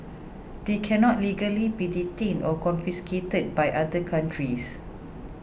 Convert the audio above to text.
they cannot legally be detained or confiscated by other countries